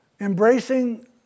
Embracing